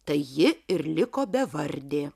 tai ji ir liko bevardė